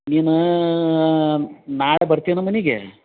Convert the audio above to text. ನೀನು ನಾಳೆ ಬರ್ತೀಯಾ ನಮ್ಮ ಮನೆಗೆ